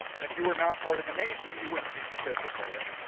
and if you were not part of the nation, you wouldn't be participating.